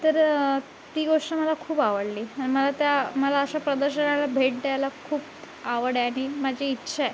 तर ती गोष्ट मला खूप आवडली आणि मला त्या मला अशा प्रदर्शनाला भेट द्यायला खूप आवड आहे आणि माझी इच्छा आहे